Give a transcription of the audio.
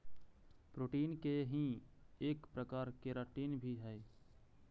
protein के ही एक प्रकार केराटिन भी हई